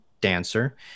dancer